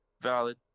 valid